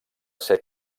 ser